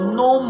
no